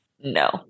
No